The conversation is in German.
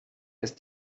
ist